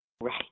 Right